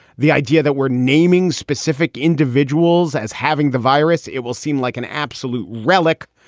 the idea that we're naming specific individuals as having the virus, it will seem like an absolute relic.